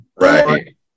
right